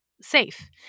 safe